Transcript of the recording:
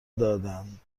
دادند